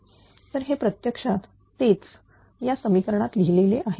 1TPx1 तर हे प्रत्यक्षात तेच या समीकरणात लिहिले आहे